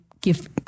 give